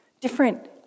different